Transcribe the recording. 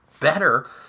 better